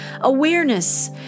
awareness